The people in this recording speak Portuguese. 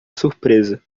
surpresa